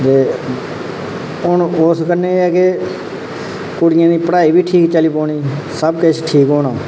ते हून उस कन्नै एह् ऐ के कुड़ियें दी पढ़ाई बी ठीक चली पौनी ते सब किश ठीक होना